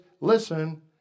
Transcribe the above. listen